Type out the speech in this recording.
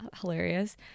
hilarious